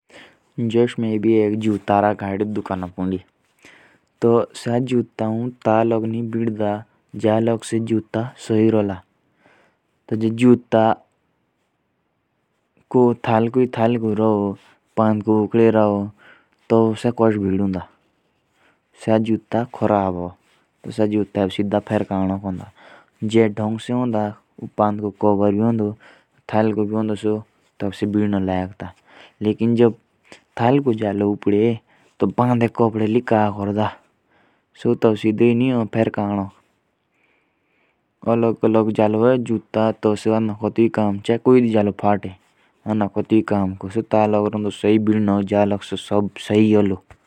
जुस में अभी एक जूता रा गाड़ी तो हौं । सा जूता ता लोग नी भिड़ा जा लोग सही रोलां। ओर जूता पांड़कोई ओपडी रोला तो हौं कोस भिड़ा। तो सा जूता खरद होन तो सा जूता ऐब फेरतनोक होन। ओर जद ओलग आलो होई जूता तो तेतका का काम होन। सो फेखनो का होन।